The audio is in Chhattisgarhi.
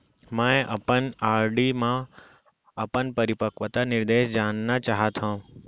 मै अपन आर.डी मा अपन परिपक्वता निर्देश जानना चाहात हव